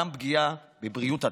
גם פגיעה בבריאות הציבור.